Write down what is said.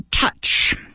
touch